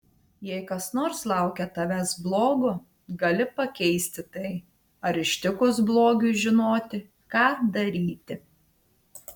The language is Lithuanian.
jei kas nors laukia tavęs blogo gali pakeisti tai ar ištikus blogiui žinoti ką daryti